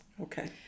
Okay